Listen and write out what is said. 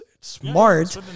smart